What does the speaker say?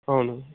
అవును